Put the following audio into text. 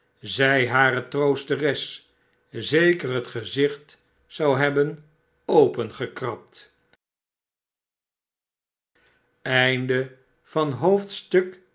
zij hare troosteres zeker het gezicht zou hebben opengekrabd